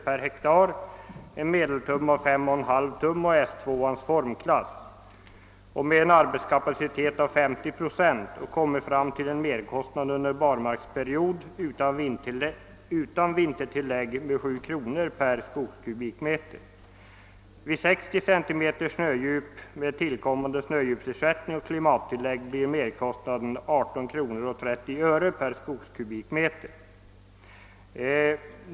per hektar, en medeltjocklek av 5!/2 tum, formklass s 2 och en arbetskapacitet av 50 procent och kommit fram till en merkostnad under barmarksperiod utan vintertillägg av 7 kr. per kubikmeter skog. Vid 60 cm snödjup med tillkommande snödjupsersättning och <klimattillägg blir merkostnaden 18:30 kr. per kubikmeter.